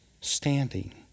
standing